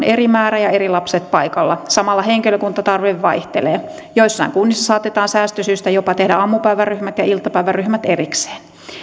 eri määrä ja eri lapset paikalla samalla henkilökunnan tarve vaihtelee joissain kunnissa saatetaan säästösyistä jopa tehdä aamupäiväryhmät ja iltapäiväryhmät erikseen